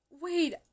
wait